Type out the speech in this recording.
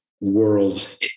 worlds